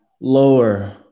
lower